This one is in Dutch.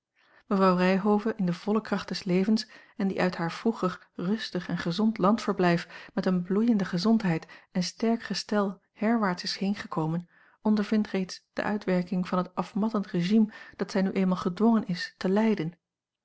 mevrouw ryhove in de volle kracht des levens en die uit haar vroeger rustig en gezond landverblijf met eene bloeiende gezondheid en sterk gestel herwaarts is heengekomen ondervindt reeds de uitwerking van het afmattend régime dat zij nu eenmaal gedwongen is te leiden